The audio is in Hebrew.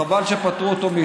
חבל שפטרו אותו.